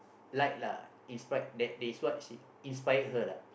like lah inspired that is what inspired her lah